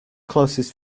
closest